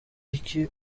iki